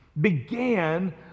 began